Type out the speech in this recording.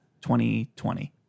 2020